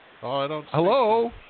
Hello